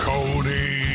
Cody